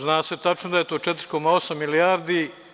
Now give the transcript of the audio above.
Zna se tačno da je to 4,8 milijardi.